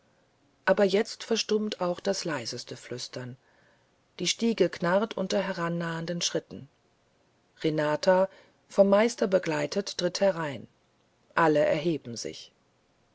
teilen jetzt verstummt aber auch das leiseste flüstern die stiege knarrt unter herannahenden schritten renata vom meister begleitet tritt herein alle erheben sich